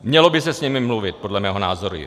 Mělo by se s nimi mluvit, podle mého názoru.